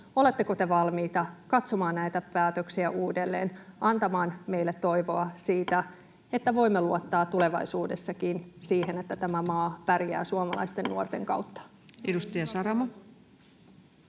Oletteko te valmiita katsomaan näitä päätöksiä uudelleen, antamaan meille toivoa siitä, että voimme luottaa tulevaisuudessakin siihen, että tämä maa pärjää suomalaisten nuorten kautta? Edustaja Saramo.